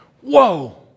whoa